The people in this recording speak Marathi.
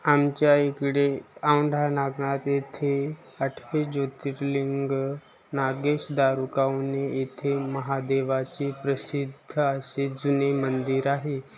आमच्या इकडे औंढा नागनाथ येथे आठवे ज्योतिर्लिंग नागेश दारुकावने येथे महादेवाचे प्रसिद्ध असे जुने मंदिर आहे